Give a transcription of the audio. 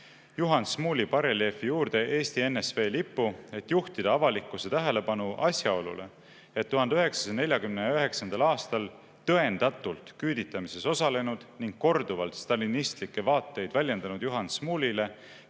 Juhan Smuuli bareljeefi juurde Eesti NSV lipu, et juhtida avalikkuse tähelepanu asjaolule, et 1949. aastal – tõendatult – küüditamises osalenud ning korduvalt stalinistlikke vaateid väljendanud Juhan Smuulile